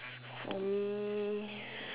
for me